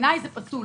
בעיניי זה פסול.